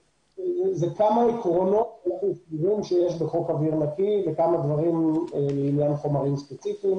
כמה עקרונות שיש בחוק אוויר נקי וכמה דברים לגבי חומרים ספציפיים.